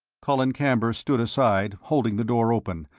colin camber stood aside, holding the door open,